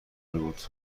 بود